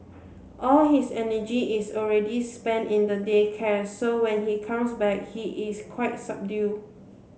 all his energy is already spent in the day care so when he comes back he is quite subdued